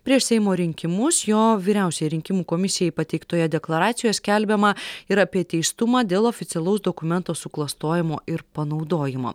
prieš seimo rinkimus jo vyriausiajai rinkimų komisijai pateiktoje deklaracijoje skelbiama ir apie teistumą dėl oficialaus dokumento suklastojimo ir panaudojimo